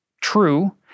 true